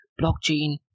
Blockchain